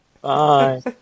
Bye